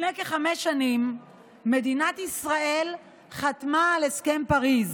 לפני כחמש שנים מדינת ישראל חתמה על הסכם פריז